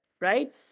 right